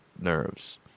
nerves